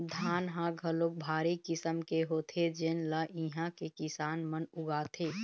धान ह घलोक भारी किसम के होथे जेन ल इहां के किसान मन उगाथे